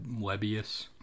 Webius